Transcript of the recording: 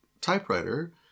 typewriter